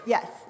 Yes